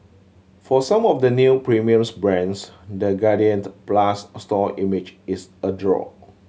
for some of the new premium brands the Guardian Plus store image is a draw